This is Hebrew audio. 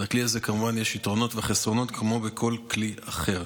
ולכלי הזה כמובן יש יתרונות וחסרונות כמו לכל כלי אחר.